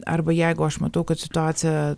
arba jeigu aš matau kad situacija